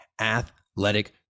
athletic